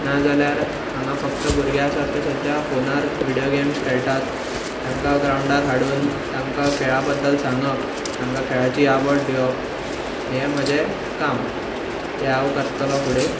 नाजाल्यार हांगा फक्त भुरगे आसात ते सद्या फोनार विडियो गेम्स खेळटात तांकां ग्रावंडार हाडून तांकां खेळा बद्दल सांगप तांकां खेळाची आवड दिवप हें म्हजें काम तें हांव करतलों फुडें